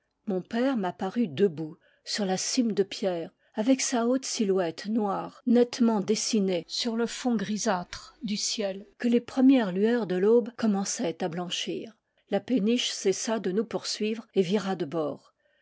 mon père m'apparut debout sur la cime de pierre avec sa haute silhouette noire nettement dessinée sur le fond grisâtre du ciel que les premières lueurs de l'aube commençaient à blanchir la péniche cessa de nous poursuivre et vira de bord